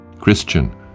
Christian